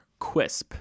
Quisp